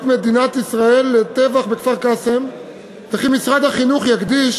מדינת ישראל לטבח בכפר-קאסם וכי משרד החינוך יקדיש